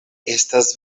estas